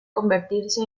convertirse